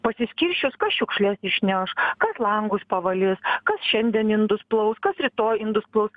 pasiskirsčius kas šiukšles išneš kas langus pavalys kas šiandien indus plaus kas rytoj indus plaus